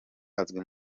azwi